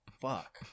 fuck